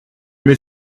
mets